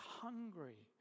hungry